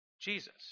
Jesus